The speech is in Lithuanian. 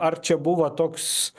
ar čia buvo toks